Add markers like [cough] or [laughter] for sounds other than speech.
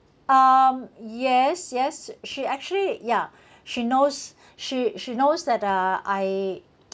um yes yes she actually ya she knows she she knows that uh I [noise]